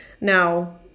Now